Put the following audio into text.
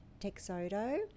Texodo